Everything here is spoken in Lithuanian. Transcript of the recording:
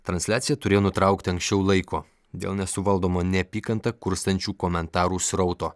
transliaciją turėjo nutraukti anksčiau laiko dėl nesuvaldomų neapykantą kurstančių komentarų srauto